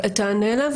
תענה לה.